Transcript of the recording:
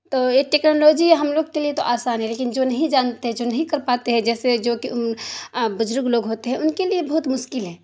تو یہ ٹیکنالوجی ہم لوگ کے لیے تو آسان ہے لیکن جو نہیں جانتے ہیں جو نہیں کر پاتے ہیں جیسے جو کہ بزرگ لوگ ہوتے ہیں ان کے لیے بہت مشکل ہے